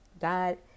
God